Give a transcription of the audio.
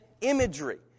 imagery